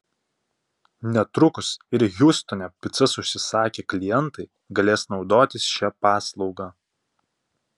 netrukus ir hjustone picas užsisakę klientai galės naudotis šia paslauga